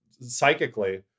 psychically